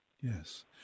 yes